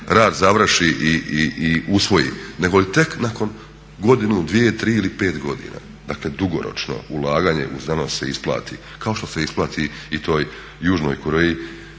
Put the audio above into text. rad završi i usvoji negoli tek nakon godinu, dvije, tri ili pet godina. Dakle, dugoročno ulaganje u znanost se isplati kao što se isplati i toj Južnoj Koreji